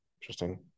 Interesting